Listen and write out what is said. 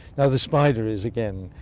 and the spider is, again,